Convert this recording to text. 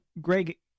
Greg